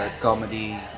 comedy